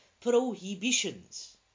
prohibitions